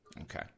Okay